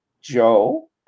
Joe